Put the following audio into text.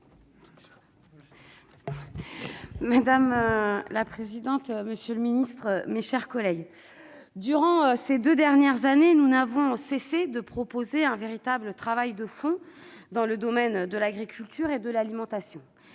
Madame la présidente, monsieur le ministre, mes chers collègues, durant ces deux dernières années, nous n'avons cessé de proposer un véritable travail de fond dans le domaine de l'agriculture et de l'alimentation